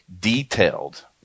detailed